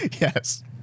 Yes